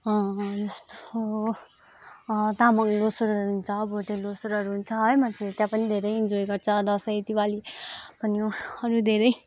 जस्तो तामाङ ल्होसारहरू हुन्छ भोटे ल्होसारहरू हुन्छ है मन्छेरू त्यहाँ पनि धेरै इन्जोय गर्छ दसैँ दिवाली भन्यो अरू धेरै